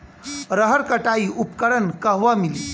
रहर कटाई उपकरण कहवा मिली?